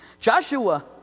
Joshua